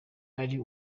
ari